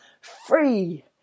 free